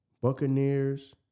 Buccaneers